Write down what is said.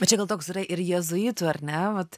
o čia gal toks yra ir jėzuitų ar ne vat